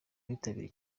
bitabiriye